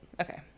okay